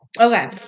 Okay